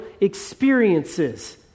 experiences